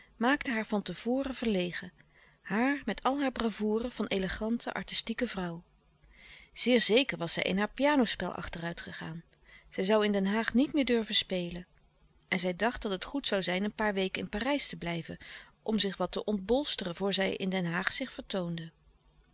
maakte haar van te voren verlegen haar met al hare bravoure van elegante artistieke vrouw zeer zeker was zij in haar pianospel achteruit gegaan zij zoû in den haag niet meer durven spelen en zij dacht dat het goed zoû zijn een paar weken in parijs te blijven om zich wat te ontbolsteren voor zij in den haag zich vertoonde